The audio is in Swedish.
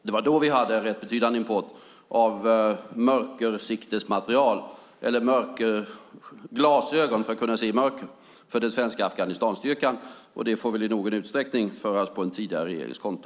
Det var då vi hade rätt betydande import av mörkerglasögon för den svenska Afghanistanstyrkan. Det får väl i någon utsträckning föras på en tidigare regerings konto.